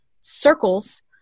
circles –